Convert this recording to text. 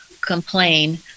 complain